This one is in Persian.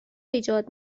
ایجاد